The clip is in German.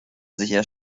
sicher